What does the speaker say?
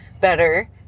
better